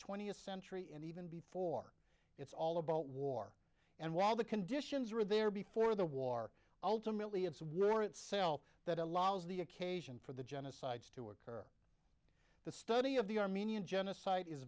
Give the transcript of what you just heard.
twentieth century and even before it's all about war and while the conditions were there before the war ultimately it's worth sell that allows the occasion for the genocides to occur the study of the armenian genocide is